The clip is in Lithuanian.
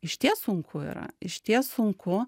išties sunku yra išties sunku